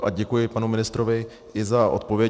A děkuji panu ministrovi i za odpověď.